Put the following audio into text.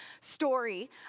story